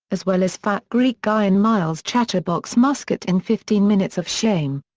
as well as fat greek guy and miles chatterbox musket in fifteen minutes of shame.